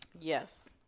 Yes